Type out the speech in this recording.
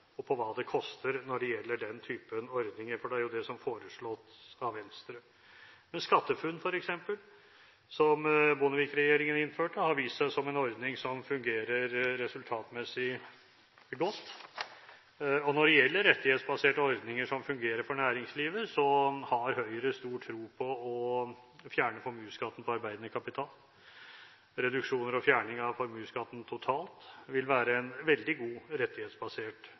og på hva det koster når det gjelder den typen ordninger – for det er jo det som foreslås av Venstre. Men SkatteFUNN f.eks., som Bondevik-regjeringen innførte, har vist seg som en ordning som fungerer resultatmessig godt. Når det gjelder rettighetsbaserte ordninger som fungerer for næringslivet, har Høyre stor tro på å fjerne formuesskatten på arbeidende kapital. Reduksjoner og fjerning av formuesskatten totalt vil være en veldig god rettighetsbasert